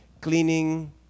cleaning